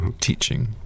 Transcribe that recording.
teaching